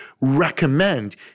recommend